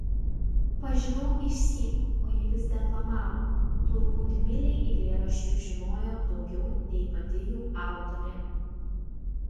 pažinau išsyk o ji vis deklamavo turbūt milei eilėraščių žinojo daugiau nei pati jų autorė